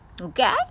Okay